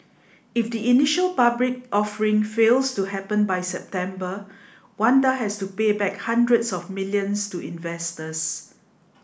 if the initial public offering fails to happen by September Wanda has to pay back hundreds of millions to investors